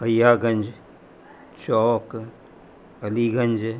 Ahiyaganj Chowk Aliganj